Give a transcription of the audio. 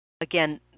Again